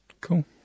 Cool